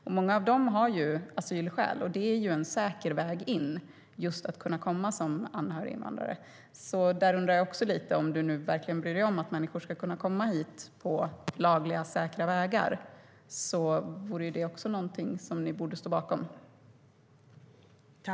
Men många av dem har ju asylskäl, och det är en säker väg in att kunna komma som anhöriginvandrare. Där undrar jag lite. Om Markus Wiechel nu verkligen bryr sig om att människor ska kunna komma hit på lagliga, säkra vägar vore det väl också någonting som ni borde stå bakom?